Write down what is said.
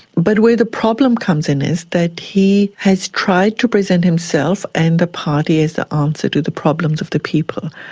but where the problem comes in is that he has tried to present himself and the party as the answer to the problems of the people,